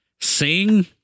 Sing